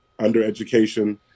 undereducation